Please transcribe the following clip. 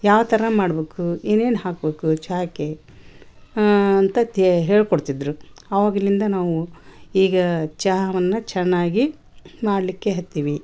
ಯಾವ ಥರ ಮಾಡಬೇಕು ಏನೇನು ಹಾಕಬೇಕು ಚಾಕೆ ಹಾಂ ಅಂತ ತೇ ಹೇಳ್ಕೊಡ್ತಿದ್ದರು ಅವಾಗಿಲಿಂದ ನಾವು ಈಗ ಚಹಾವನ್ನ ಚೆನ್ನಾಗಿ ಮಾಡಲಿಕ್ಕೆ ಹತ್ತೀವಿ